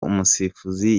umusifuzi